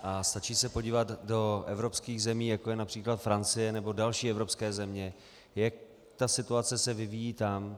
A stačí se podívat do evropských zemí, jako je například Francie nebo další evropské země, jak se ta situace vyvíjí tam.